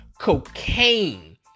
cocaine